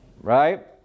Right